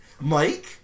Mike